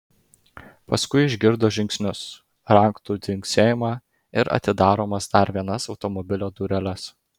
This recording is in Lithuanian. paskui išgirdo žingsnius raktų dzingsėjimą ir atidaromas dar vienas automobilio dureles